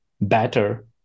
better